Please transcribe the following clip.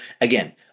again